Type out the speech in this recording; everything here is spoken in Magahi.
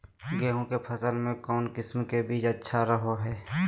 गेहूँ के फसल में कौन किसम के बीज अच्छा रहो हय?